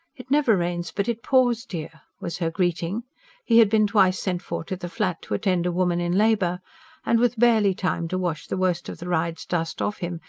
it never rains but it pours, dear! was her greeting he had been twice sent for to the flat, to attend a woman in labour and with barely time to wash the worst of the ride's dust off him,